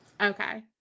Okay